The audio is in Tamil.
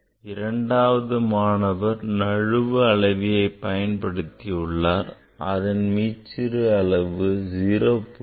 இரண்டாம் மாணவர் நழுவு அளவியை பயன்படுத்தியுள்ளார் அதன் மீச்சிறு அளவு 0